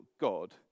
God